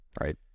right